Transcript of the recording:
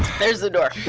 there's the door.